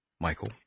michael